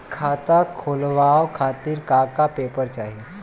खाता खोलवाव खातिर का का पेपर चाही?